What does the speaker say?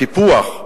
הקיפוח,